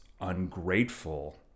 ungrateful